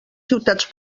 ciutats